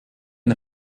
the